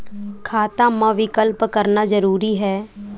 खाता मा विकल्प करना जरूरी है?